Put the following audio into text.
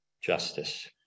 justice